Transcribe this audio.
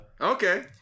Okay